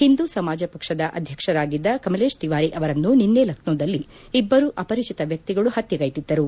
ಹಿಂದೂ ಸಮಾಜ ಪಕ್ಷದ ಅಧ್ಯಕ್ಷರಾಗಿದ್ದ ಕಮಲೇಶ್ ತಿವಾರಿ ಅವರನ್ನು ನಿನ್ನೆ ಲಕ್ನೋದಲ್ಲಿ ಇಬ್ಲರು ಅಪರಿಚಿತ ವ್ಯಕ್ತಿಗಳು ಹತ್ನೆಗ್ಗೆದಿದ್ದರು